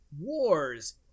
wars